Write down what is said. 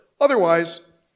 Otherwise